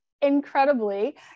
incredibly